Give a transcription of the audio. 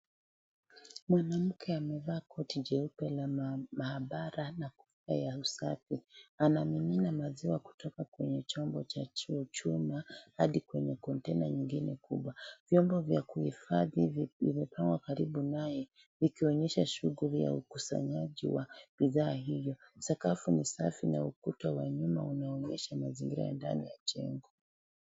Mwanamke amevaa koti jeupe la maabara na kofia ya usafi. Anamimina maziwa kutoka kwenye chombo cha chuma hadi kwenye container nyingine kubwa. Vyombo vya kuhifadhi vimepangwa karibu naye, ikionyesha shughuli ya ukusanyaji wa bidhaa hiyo. Sakafu ni safi na ukuta wa nyuma unaonyesha mazingira ya ndani ya jengo.